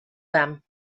them